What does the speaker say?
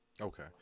okay